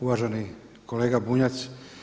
Uvaženi kolega Bunjac.